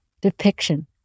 depiction